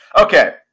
okay